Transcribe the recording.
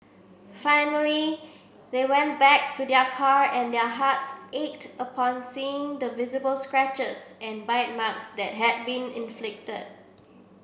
finally they went back to their car and their hearts ached upon seeing the visible scratches and bite marks that had been inflicted